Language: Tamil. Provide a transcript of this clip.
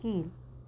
கீழ்